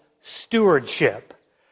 stewardship